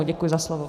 Děkuji za slovo.